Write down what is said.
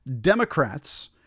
Democrats